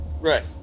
Right